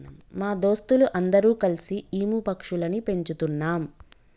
మా దోస్తులు అందరు కల్సి ఈము పక్షులని పెంచుతున్నాం